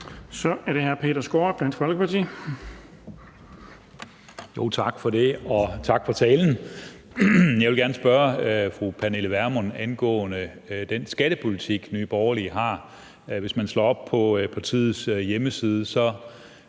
Så er det hr. Peter Skaarup, Dansk Folkeparti.